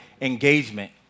engagement